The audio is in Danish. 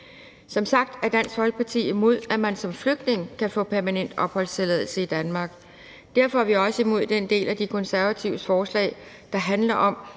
Som sagt er Dansk Folkeparti imod, at man som flygtning kan få permanent opholdstilladelse i Danmark. Derfor er vi også imod den del af De Konservatives forslag, der handler om,